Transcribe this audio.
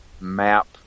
map